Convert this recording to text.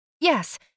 Yes